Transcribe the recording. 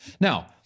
Now